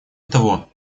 того